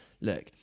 look